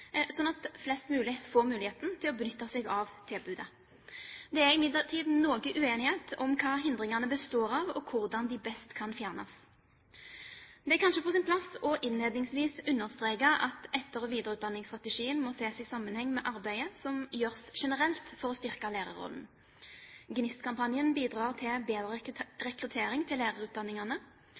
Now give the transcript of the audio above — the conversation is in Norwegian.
flest mulig får muligheten til å benytte seg av tilbudet. Det er imidlertid noe uenighet om hva hindringene består av, og hvordan de best kan fjernes. Det er kanskje på sin plass innledningsvis å understreke at etter- og videreutdanningsstrategien må ses i sammenheng med arbeidet som gjøres generelt for å styrke lærerrollen. GNIST-kampanjen bidrar til bedre rekruttering til lærerutdanningene.